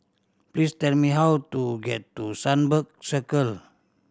please tell me how to get to Sunbird Circle